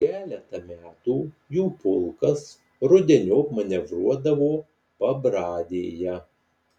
keletą metų jų pulkas rudeniop manevruodavo pabradėje